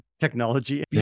technology